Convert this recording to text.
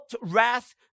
wrath